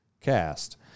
cast